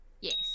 Yes